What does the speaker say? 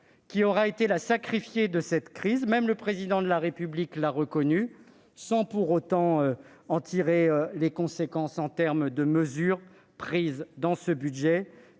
qui aura été la sacrifiée de cette crise. Même le Président de la République l'a reconnu, sans pour autant en tirer les conséquences en termes de mesures prises dans ce budget,